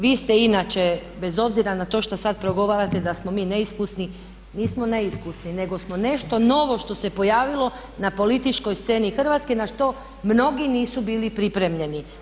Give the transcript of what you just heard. Vi ste inače, bez obzira na to što sada progovarate da smo mi neiskusni, nismo neiskusni nego smo nešto novo što se pojavilo na političkoj sceni hrvatske na što mnogi nisu bili pripremljeni.